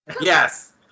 Yes